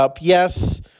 Yes